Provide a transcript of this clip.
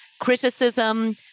criticism